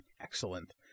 Excellent